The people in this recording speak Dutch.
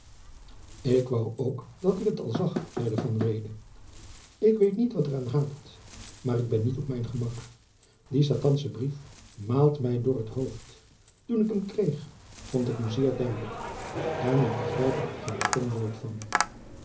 ik woû ook dat ik het al zag zeide van reede ik weet niet wat er aan hapert maar ik ben niet op mijn gemak die satansche brief maalt mij door t hooft toen ik hem kreeg vond ik hem zeer duidelijk en nu begrijp ik er geen stom woord van